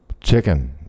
chicken